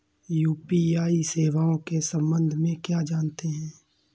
UPI सेवाओं के संबंध में क्या जानते हैं?